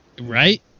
Right